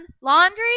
laundry